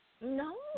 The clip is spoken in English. No